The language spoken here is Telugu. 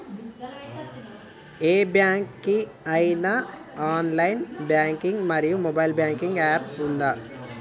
ఏ బ్యాంక్ కి ఐనా ఆన్ లైన్ బ్యాంకింగ్ మరియు మొబైల్ యాప్ ఉందా?